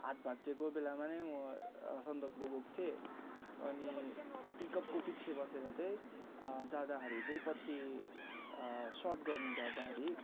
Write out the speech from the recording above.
हात भाँचिएको बेलामा नै म सन्दकपुर गएको थिएँ अनि पिक अपकोपछि बसेर चाहिँ जाँदाखेरि चाहिँ पछि सर्ट गर्नु झर्दाखेरि